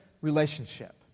relationship